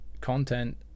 content